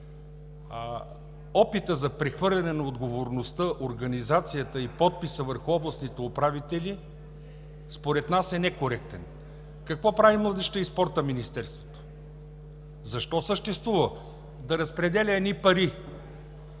Опитът за прехвърляне на отговорността, организацията и подписа върху областните управители според нас е некоректен. Какво прави Министерството на младежта и спорта? Защо съществува? Да разпределя едни пари